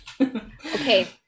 Okay